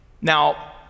now